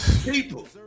people